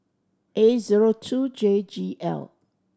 A zero two J G L